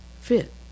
fit